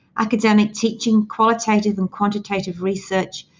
academic teaching, qualitative and quantitative research,